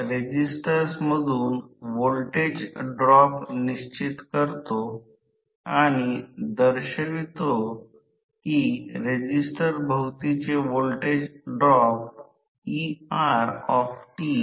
तथापि जसजसे वेग पकडेल तसतसे वाहक कमी वेगाने कापेल कारण संबंधित गती कमी होईल परिणामी प्रेरित व्होल्टेज E आणि विद्युत प्रवाह कमी होईल